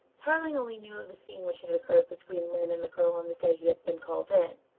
tarling only knew of the scene which had occurred between lyne and the girl on the day he had been called in,